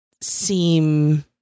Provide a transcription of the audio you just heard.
seem